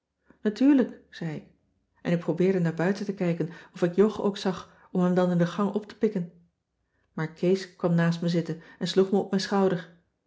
natuurlijk zei ik en ik probeerde naar buiten te kijken o ik jog ook zag om hem dan in de gang op te pikken maar kees kwam naast me zitten en sloeg me op mijn schouder